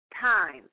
time